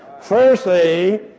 Firstly